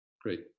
great